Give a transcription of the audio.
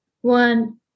one